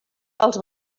els